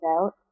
out